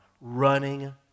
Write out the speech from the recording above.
running